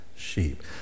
sheep